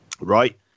right